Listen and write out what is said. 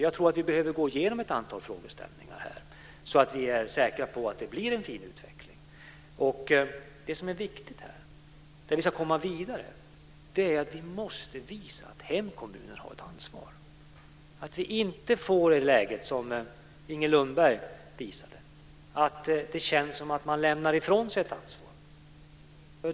Jag tror att vi behöver gå igenom ett antal frågeställningar här så att vi är säkra på att det blir en fin utveckling. Det som är viktigt här för att vi ska komma vidare är att vi måste visa att hemkommunerna har ett ansvar, så att vi inte får det läge som Inger Lundberg tog upp, att det känns som att man lämnar ifrån sig ett ansvar.